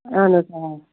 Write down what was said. اَہَن حظ آ